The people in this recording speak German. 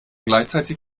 gleichzeitig